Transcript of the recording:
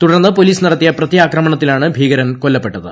തുടർന്ന് പൊലീസ് ് നട്ടത്തീയ പ്രത്യാക്രമണത്തിലാണ് ഭീകരൻ കൊല്ലപ്പെട്ടത്